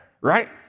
right